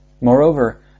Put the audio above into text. Moreover